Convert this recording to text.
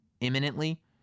imminently